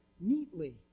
neatly